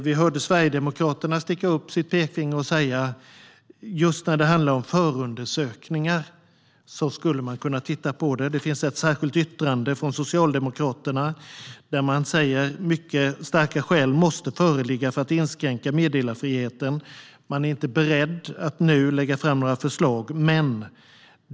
Vi hörde Sverigedemokraterna sticka upp sitt pekfinger och säga: Just när det handlar om förundersökningar skulle man kunna titta på det undantaget, och det finns ett särskilt yttrande från Socialdemokraterna där man säger att det måste föreligga mycket starka skäl för att man ska kunna inskränka meddelarfriheten, men man är inte beredd att nu lägga fram några förslag.